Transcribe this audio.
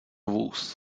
vůz